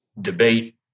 debate